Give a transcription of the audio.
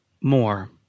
more